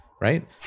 Right